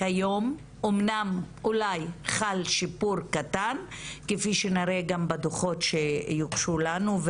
כיום אמנם אולי חל שיפור קטן כפי שנראה גם בדוחות שיוגשו לנו,